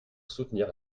soutenir